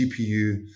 GPU